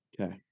okay